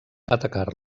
atacar